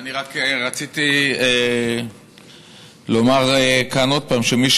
אני רק רציתי לומר כאן עוד פעם שמי